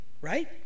right